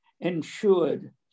ensured